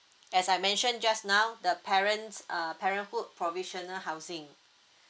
as I mentioned just now the parents err parenthood provisional housing